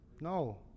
No